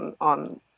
on